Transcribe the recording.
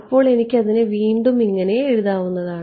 അപ്പോൾ എനിക്കതിനെ വീണ്ടും ഇങ്ങനെ എഴുതാവുന്നതാണ്